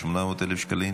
ב-800,000 שקלים,